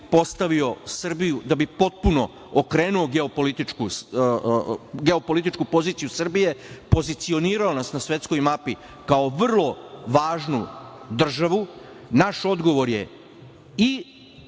postavio Srbiju, da bi potpuno okrenuo geopolitičku poziciju Srbije, pozicionirao nas na svetskoj mapi kao vrlo važnu državu i zato je